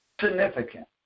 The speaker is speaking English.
Significant